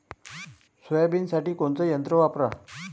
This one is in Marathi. सोयाबीनसाठी कोनचं यंत्र वापरा?